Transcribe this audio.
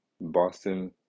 Boston